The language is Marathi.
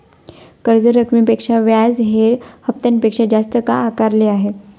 कर्ज रकमेपेक्षा व्याज हे हप्त्यामध्ये जास्त का आकारले आहे?